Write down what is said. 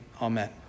amen